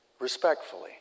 Respectfully